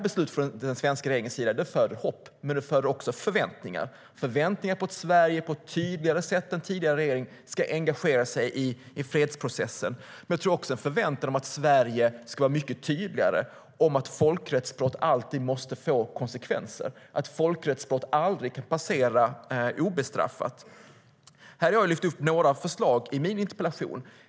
Beslutet från den svenska regeringens sida föder hopp, men det föder också förväntningar, förväntningar på en regering i Sverige som på ett tydligare sätt än tidigare regering ska engagera sig i fredsprocessen. Men jag tror också att det föder en förväntan om att Sverige ska vara mycket tydligare med att folkrättsbrott alltid måste få konsekvenser, att folkrättsbrott aldrig kan passera obestraffat. Jag har lyft fram några förslag i min interpellation.